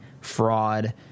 fraud